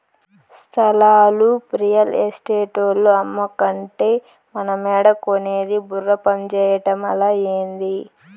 స్థలాలు రియల్ ఎస్టేటోల్లు అమ్మకంటే మనమేడ కొనేది బుర్ర పంజేయటమలా, ఏంది